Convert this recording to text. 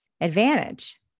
advantage